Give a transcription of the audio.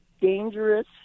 dangerous